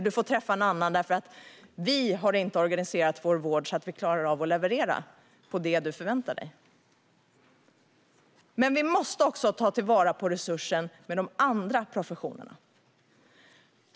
Du får träffa en annan, för vi har inte organiserat vår vård så att vi klarar av att leverera det du förväntar dig. Men vi måste också ta vara på resurserna inom de andra professionerna.